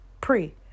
pre